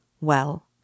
Well